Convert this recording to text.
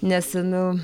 nes nu